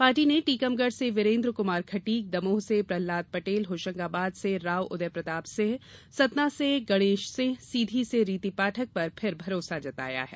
party ने टीकमगढ़ से वीरेंद्र कुमार खटीक दमोह से प्रहलाद पटेल होशंगाबाद से राव उदय प्रताप सिंह सतना से गणेश सिंह सीधी से रीति पाठक पर फिर भरोसा जताया है